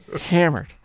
Hammered